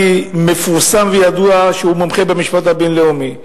מפורסם וידוע שהוא מומחה במשפט בין-לאומי.